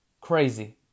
Crazy